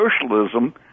Socialism